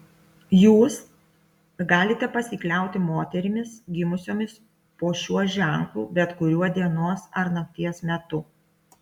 jūs galite pasikliauti moterimis gimusiomis po šiuo ženklu bet kuriuo dienos ar nakties metu